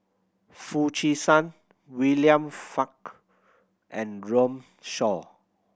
Foo Chee San William and Runme Shaw